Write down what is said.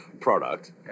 product